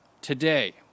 today